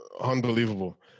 Unbelievable